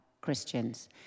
Christians